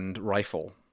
rifle